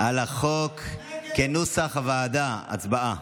כנוסח הוועדה, הצבעה.